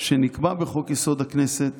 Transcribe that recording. שנקבע בחוק-יסוד: הכנסת